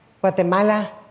Guatemala